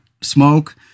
smoke